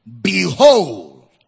Behold